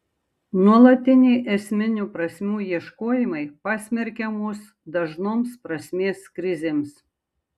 nuolatiniai esminių prasmių ieškojimai pasmerkia mus dažnoms prasmės krizėms